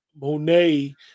Monet